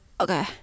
okay